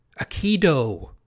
Aikido